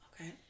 Okay